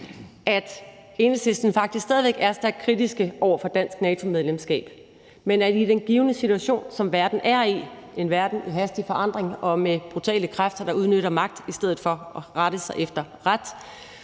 at Enhedslisten faktisk stadig væk er stærkt kritiske over for et dansk NATO-medlemskab, men at der i den givne situation – som verden er i med hastig forandring og med brutale kræfter, der udnytter magt i stedet for at rette sig efter ret